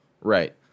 Right